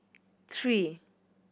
three